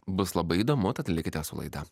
bus labai įdomu tad likite su laida